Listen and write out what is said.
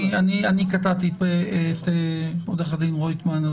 אני קטעתי את עורך הדין רויטמן,